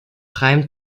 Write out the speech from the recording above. prime